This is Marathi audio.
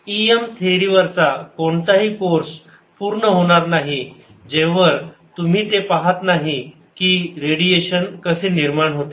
E m थेरी वरचा कोणताही कोर्स पूर्ण होणार नाही जेवर तुम्ही हे पाहत नाही की रेडिएशन कसे निर्माण होते